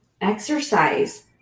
Exercise